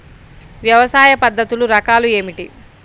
వ్యవసాయ పద్ధతులు రకాలు ఏమిటి?